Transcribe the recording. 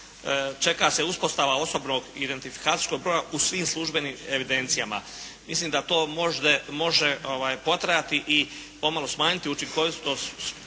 čeka se uspostava osobnog identifikacijskog broja u svim službenim evidencijama. Mislim da to može potrajati i pomalo smanjiti učinkovitost